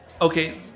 okay